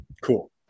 Cool